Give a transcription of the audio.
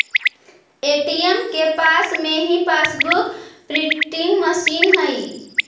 ATM के पास में ही पासबुक प्रिंटिंग मशीन हई